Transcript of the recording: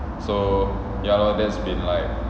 so ya lor that's been like